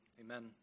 amen